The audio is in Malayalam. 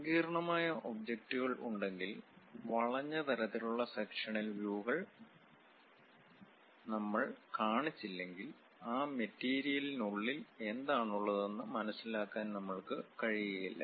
സങ്കീർണമായ ഒബ്ജക്റ്റുകൾ ഉണ്ടെങ്കിൽ വളഞ്ഞ തരത്തിലുള്ള സെക്ഷനൽ വ്യൂ കൾ നമ്മൾ കാണിച്ചില്ലെങ്കിൽ ആ മെറ്റീരിയലിനുള്ളിൽ എന്താണുള്ളതെന്ന് മനസിലാക്കാൻ നമ്മൾക്കു കഴിയില്ല